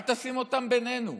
אל תשים אותם בינינו.